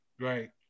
Right